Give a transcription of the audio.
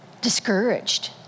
discouraged